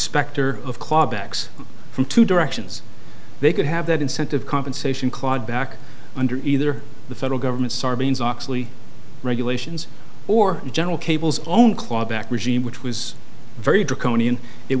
specter of clawbacks from two directions they could have that incentive compensation clawed back under either the federal government sarbanes oxley regulations or general cable's own clawback regime which was very